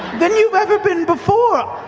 than you've ever been before.